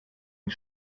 den